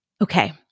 Okay